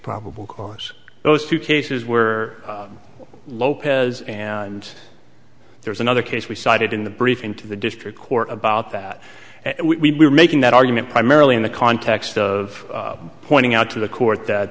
probable cause those two cases were lopez and there's another case we cited in the briefing to the district court about that and we are making that argument primarily in the context of pointing out to the court that